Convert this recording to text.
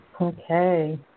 Okay